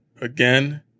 Again